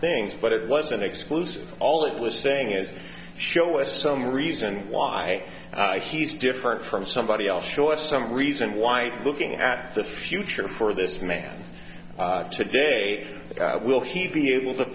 things but it wasn't exclusive all it was saying is show us some reason why he's different from somebody else show us some reason why looking at the future for this man today will he be able to